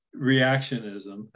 reactionism